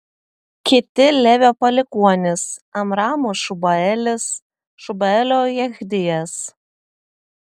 kiti levio palikuonys amramo šubaelis šubaelio jechdijas